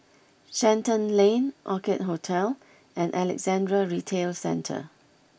Shenton Lane Orchid Hotel and Alexandra Retail Centre